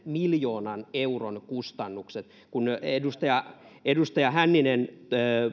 miljoonan euron kustannukset edustaja edustaja hänninen